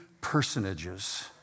personages